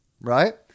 right